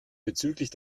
bezüglich